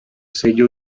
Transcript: sello